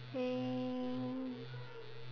um